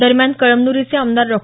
दरम्यान कळमन्रीचे आमदार डॉ